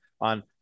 on